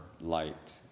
light